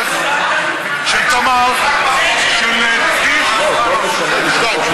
הביאו בפני תמונה של הלוגו של סמל היחידה,